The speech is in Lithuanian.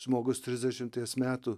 žmogus trisdešimties metų